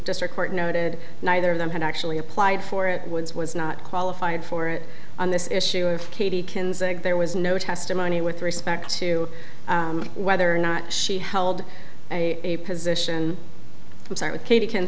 district court noted neither of them had actually applied for it once was not qualified for it on this issue of katie there was no testimony with respect to whether or not she held a position to side with katie can